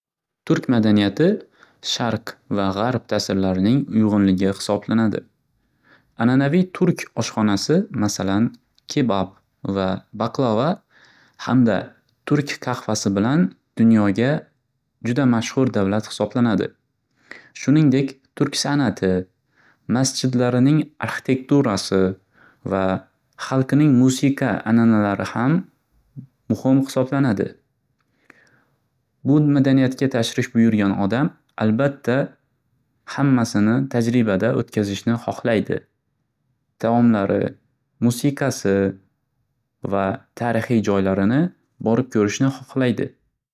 Turk madaniyati Sharq va G'arb ta'sirlarining uyg'unligi hisoblanadi. Ananaviy turk oshxonasi masalan, kebab va baklava hamda turk qahvasi bilan dunyoga juda mashxur davlat hisoblanadi. Shuningdek, turk san'ati, masjidlarining arxitekturasi va xalqining musiqa ananalari ham muhim hisoblanadi. U madaniyatga tashrif buyurgan odam albatda hammasini tajribada o'tkazishni xoxlaydi. Taomlari, musiqasi va tarixiy joylarini borib ko'rishni xoxlaydi.